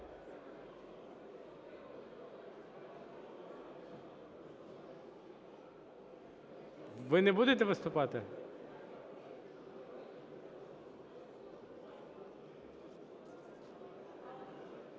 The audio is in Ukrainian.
Ви не будете виступати?